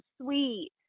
sweet